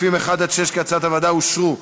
סעיפים 1 6, כהצעת הוועדה, אושרו.